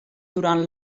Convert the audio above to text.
durant